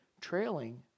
trailing